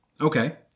Okay